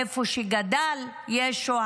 איפה שגדל ישו,